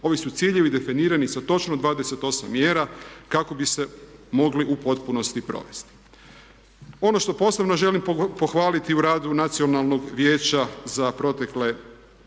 Ovi su ciljevi definirani sa točno 28 mjera kako bi se mogli u potpunosti provesti. Ono što posebno želim pohvaliti u radu Nacionalnog vijeća za proteklu godinu